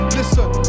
Listen